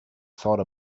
thought